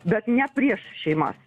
bet ne prieš šeimas